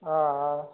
ஆ ஆ